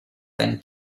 than